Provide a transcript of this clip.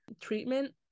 treatment